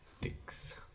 dicks